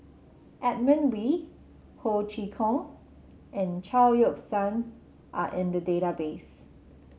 Edmund Wee Ho Chee Kong and Chao Yoke San are in the database